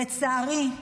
לצערי,